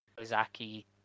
Ozaki